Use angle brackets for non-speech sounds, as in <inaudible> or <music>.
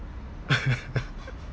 <laughs>